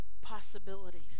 possibilities